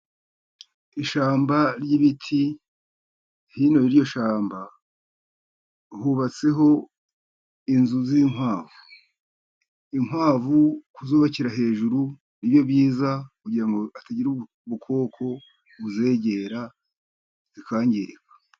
Ishyamba ry'ibiti, hino y'iryo shyamba hubatseho inzu z'inkwavu. Inkwavu kuzubakira hejuru nibyo byiza kugira ngo hatagira ubukoko buzegera zikangirika.